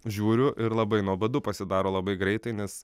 žiūriu ir labai nuobodu pasidaro labai greitai nes